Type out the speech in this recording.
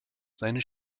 seine